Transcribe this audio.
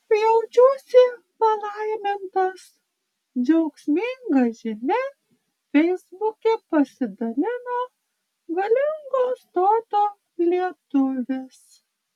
jaučiuosi palaimintas džiaugsminga žinia feisbuke pasidalino galingo stoto lietuvis